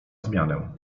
zmianę